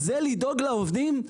זה לדאוג לעובדים?